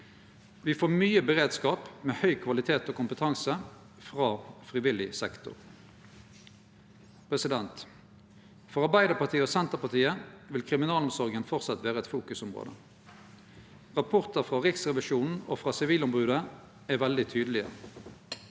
Me får mykje beredskap med høg kvalitet og kompetanse frå frivillig sektor. For Arbeidarpartiet og Senterpartiet vil kriminalomsorga framleis vere eit fokusområde. Rapportar frå Riksrevisjonen og frå Sivilombodet er veldig tydelege.